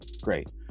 Great